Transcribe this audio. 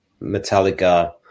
Metallica